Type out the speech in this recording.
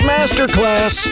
Masterclass